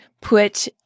put